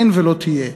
אין ולא תהיה.